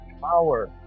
power